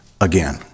Again